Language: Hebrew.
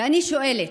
ואני שואלת: